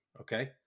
Okay